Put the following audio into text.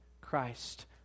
Christ